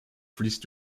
fließt